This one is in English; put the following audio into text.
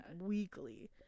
weekly